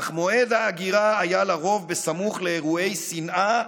אך מועד ההגירה היה לרוב בסמוך לאירועי שנאה,